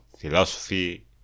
philosophy